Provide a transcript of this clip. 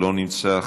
לא נמצא,